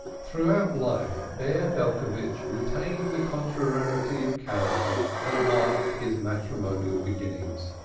throughout life bear belcovitch retained the contrariety of character that marked his matrimonial beginnings.